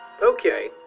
Okay